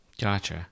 gotcha